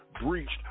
breached